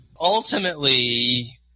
Ultimately